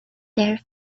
their